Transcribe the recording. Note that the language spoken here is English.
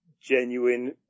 genuine